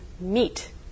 meet